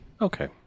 Okay